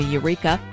Eureka